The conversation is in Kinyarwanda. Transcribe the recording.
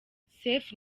sefu